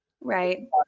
right